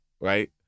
right